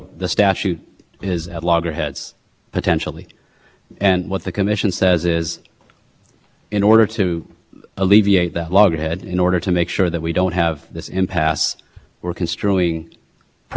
guess my question is if the statute potentially puts one at this loggerheads does the specific grant of authority to the f c c in three thirty to give it some forceful authority to deal with these kinds of issues in the statute or otherwise would be